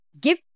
Give